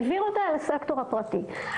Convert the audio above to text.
העביר אותה לסקטור הפרטי,